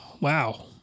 Wow